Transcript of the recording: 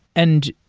and